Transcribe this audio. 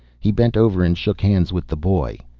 he bent over and shook hands with the boy.